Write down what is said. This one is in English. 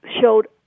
showed